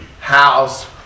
house